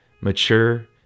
mature